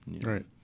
Right